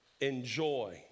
Enjoy